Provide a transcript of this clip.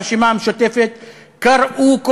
הרשימה המשותפת קראו,